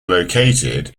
located